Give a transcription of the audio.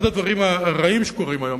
אחד הדברים הרעים שקורים היום,